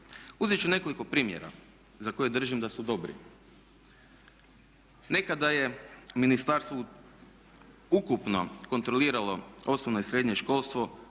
Uzet ću nekoliko primjera za koje držim da su dobri. Nekada je ministarstvo ukupno kontroliralo osnovno i srednje školstvo